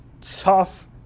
tough